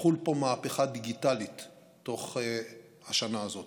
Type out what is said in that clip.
תחול פה מהפכה דיגיטלית בתוך השנה הזאת.